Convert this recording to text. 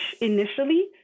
initially